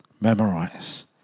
Memorize